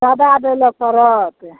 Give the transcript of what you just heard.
दै लऽ पड़त